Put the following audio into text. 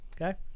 Okay